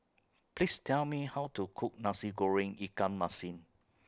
Please Tell Me How to Cook Nasi Goreng Ikan Masin